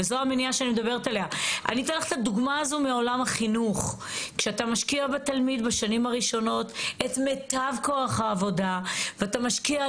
אנחנו יודעים שמערכת הבריאות עמוסה ומצוקה תמידית כל הזמן של כוח אדם,